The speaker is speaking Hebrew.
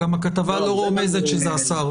עד כאן.